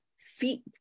feet